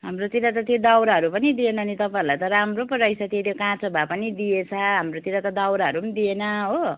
हाम्रोतिर त त्यो दाउराहरू पनि दिएन नि तपाईँहरूलाई त राम्रो पो रहेछ त्यति काँचो भए पनि दिएछ हाम्रोतिर त दाउराहरू पनि दिएन हो